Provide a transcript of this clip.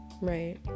right